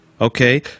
Okay